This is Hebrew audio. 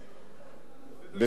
שני דברים שונים,